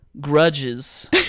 grudges